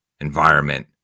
environment